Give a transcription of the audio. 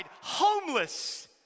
homeless